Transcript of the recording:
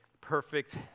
perfect